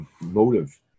motive